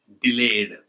delayed